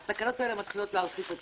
התקנות האלה מתחילות להלחיץ אותי.